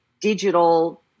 digital